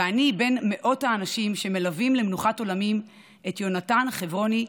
ואני בין מאות האנשים שמלווים למנוחת עולמים את יונתן חברוני,